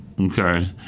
okay